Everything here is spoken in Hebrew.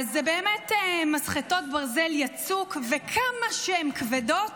אז אלה באמת מסחטות ברזל יצוק, וכמה שהן כבדות